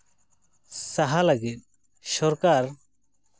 ᱥᱟᱦᱟ ᱞᱟᱹᱜᱤᱫ ᱥᱚᱨᱠᱟᱨ